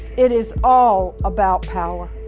it is all about power.